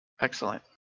Excellent